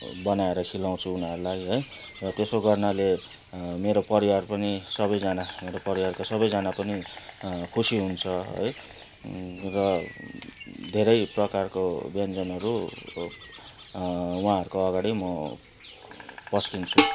बनाएर खिलाउँछु उनीहरूलाई है र त्यसो गर्नाले मेरो परिवार पनि सबैजना मेरो परिवारको सबैजना पनि खुसी हुन्छ है र धेरै प्रकारको व्यञ्जनहरू उहाँहरूको अगाडि म पस्किन्छु